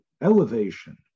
elevation